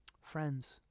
Friends